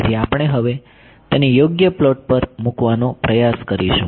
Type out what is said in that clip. તેથી આપણે હવે તેને યોગ્ય પ્લોટ પર મૂકવાનો પ્રયાસ કરીશું